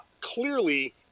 clearly